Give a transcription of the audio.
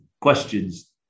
questions